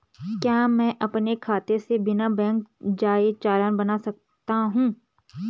क्या मैं अपने खाते से बिना बैंक जाए चालान बना सकता हूँ?